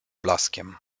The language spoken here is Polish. blaskiem